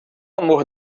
amor